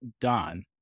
done